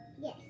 yes